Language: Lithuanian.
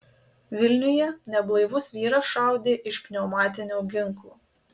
vilniuje neblaivus vyras šaudė iš pneumatinio ginklo